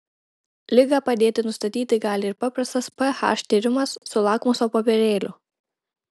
ligą padėti nustatyti gali ir paprastas ph tyrimas su lakmuso popierėliu